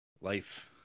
Life